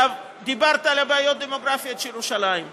דיברת על הבעיות הדמוגרפיות של ירושלים.